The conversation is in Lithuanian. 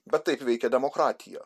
bet taip veikia demokratija